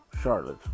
Charlotte